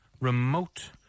Remote